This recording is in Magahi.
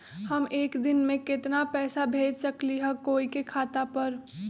हम एक दिन में केतना पैसा भेज सकली ह कोई के खाता पर?